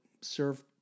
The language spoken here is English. serve